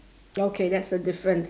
okay that's the difference